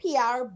PR